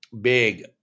big